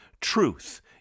truth